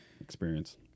experience